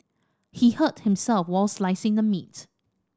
he hurt himself while slicing the meat